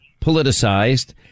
politicized